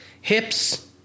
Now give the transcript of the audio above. hips